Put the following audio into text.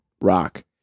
rock